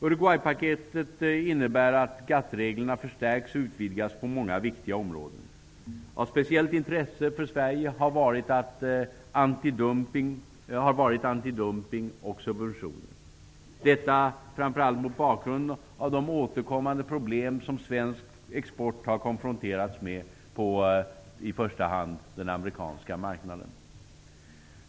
Uruguaypaketet innebär att skattereglerna förstärks och utvidgas på många viktiga områden. Av speciellt intresse för Sverige har varit antidumpning och subventioner -- detta framför allt mot bakgrund av de återkommande problem som svensk export har konfronterats med på i första hand den amerikanska marknaden.